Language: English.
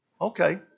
Okay